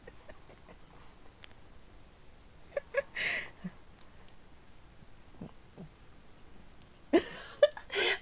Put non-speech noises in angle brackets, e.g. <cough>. <laughs>